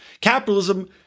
Capitalism